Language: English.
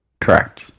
Correct